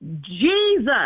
Jesus